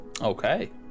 Okay